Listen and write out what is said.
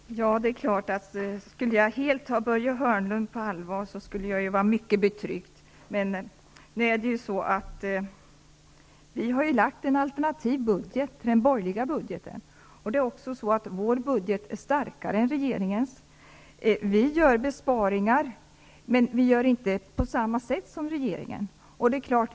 Herr talman! Det är klart att om jag skulle ta Börje Hörnlund helt på allvar skulle jag vara mycket betryckt. Vi har gjort en budget som är ett alternativ till den borgerliga budgeten. Vår budget är starkare än regeringens budget. Vi gör besparingar, men vi gör dem inte på samma sätt som regeringen.